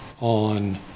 on